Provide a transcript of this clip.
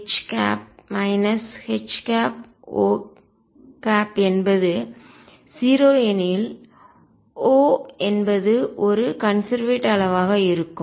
OH HO என்பது 0 எனில் O என்பது ஒரு கன்செர்வேட் அளவாக இருக்கும்